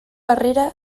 harrera